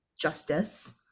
justice